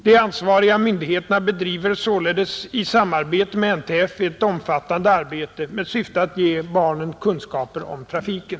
De ansvariga myndigheterna bedriver således i samarbete med NTF ett omfattande arbete med syfte att ge barnen kunskaper om trafiken.